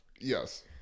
Yes